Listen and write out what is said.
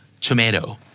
tomato